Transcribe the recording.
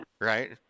Right